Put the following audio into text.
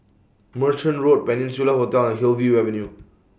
Merchant Road Peninsula Hotel and Hillview Avenue